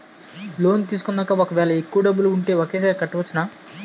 Loan తీసుకున్నాక ఒకవేళ ఎక్కువ డబ్బులు ఉంటే ఒకేసారి కట్టవచ్చున?